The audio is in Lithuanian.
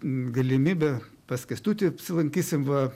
galimybė pas kęstutį apsilankysim va